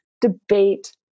debate